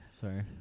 sorry